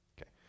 Okay